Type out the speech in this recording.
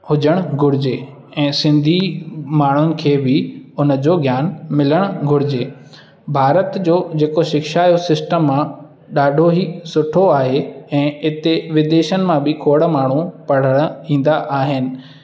हुजणु घुर्जे ऐं सिंधी माण्हुनि खे बि उन जो ज्ञान मिलणु घुर्जे भारत जो जेको शिक्षा जो सिस्टम आहे ॾाढो ई सुठो आहे ऐं उते विदेशनि मां बि खोड़ माण्हू पढ़नि ईंदा आहिनि